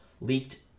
leaked